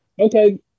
Okay